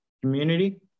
community